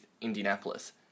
Indianapolis